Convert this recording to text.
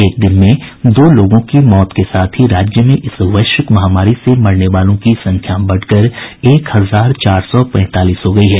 एक दिन में दो लोगों की मौत के साथ ही राज्य में इस वैश्विक महामारी से मरने वालों की संख्या बढ़कर एक हजार चार सौ पैंतालीस हो गई है